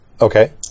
Okay